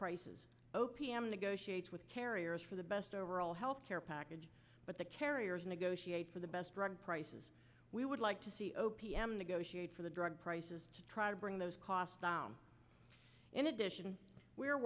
prices o p m negotiates with carriers for the best overall health care package but the carriers negotiate for the best drug prices we would like to see o p m negotiate for the drug prices to try to bring those costs down in addition we're